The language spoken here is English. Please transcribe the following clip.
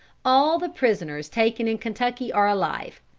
all the prisoners taken in kentucky are alive.